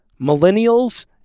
millennials